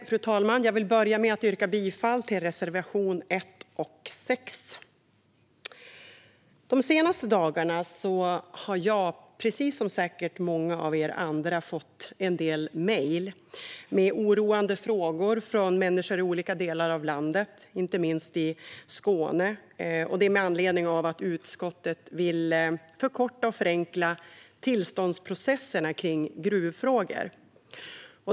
Fru talman! Jag vill börja med att yrka bifall till reservation 1 och 6. De senaste dagarna har jag, säkert precis som många av er andra, fått en del mejl med oroade frågor från människor i olika delar av landet, inte minst i Skåne. Anledningen är att utskottet vill förkorta och förenkla tillståndsprocesserna kring gruvfrågor.